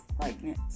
pregnant